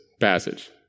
passage